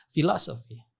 philosophy